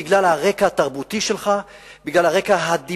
בגלל הרקע התרבותי שלך,